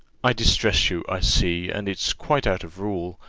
i distress you, i see, and it's quite out of rule,